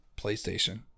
PlayStation